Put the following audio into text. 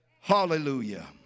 Hallelujah